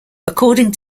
according